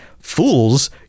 Fools